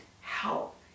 help